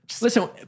listen